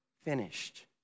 finished